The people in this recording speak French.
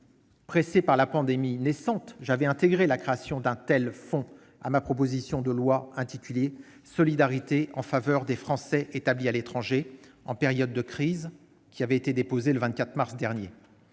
pressé par la pandémie naissante, j'avais intégré la création d'un tel fonds à ma proposition de loi relative à la solidarité en faveur des Français établis à l'étranger en période de crise, déposée le 24 mars dernier.